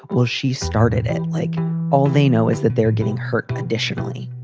well, she started and like all they know is that they're getting hurt additionally,